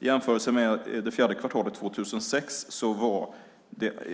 I jämförelse med det fjärde kvartalet 2006 var